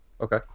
Okay